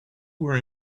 were